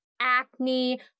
acne